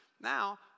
Now